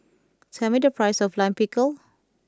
tell me the price of Lime Pickle